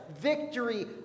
victory